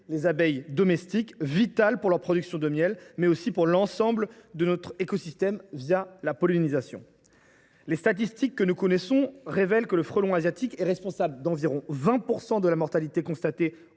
les abeilles domestiques, vitales pour leur production de miel, mais aussi pour l’ensemble de notre écosystème la pollinisation. Les statistiques révèlent que le frelon asiatique est responsable d’environ 20 % de la mortalité constatée